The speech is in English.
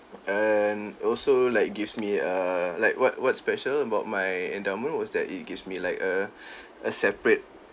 and also like gives me err like what what's special about my endowment was that it gives me like a a separate